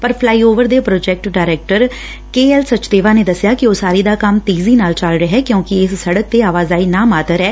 ਇਸ ਫਲਾਈਓਵਰ ਦੇ project director K L Sachdeva ਨੇ ਦਸਿਆ ਕਿ ਉਸਾਰੀ ਦਾ ਕੰਮ ਤੇਜ਼ੀ ਨਾਲ ਚੱਲ ਰਿਹੈ ਕਿਉਂਕਿ ਇਸ ਸੜਕ ਤੇ ਆਵਾਜਾਈ ਨਾ ਮਾਤਰ ਐ